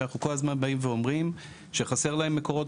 שאנחנו כל הזמן באים ואומרים שחסר להם מקורות